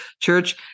church